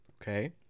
okay